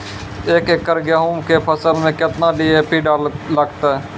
एक एकरऽ गेहूँ के फसल मे केतना डी.ए.पी लगतै?